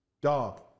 Dog